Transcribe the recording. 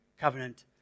covenant